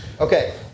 Okay